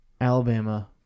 Alabama